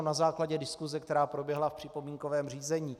Na základě diskuse, která proběhla v připomínkovém řízení.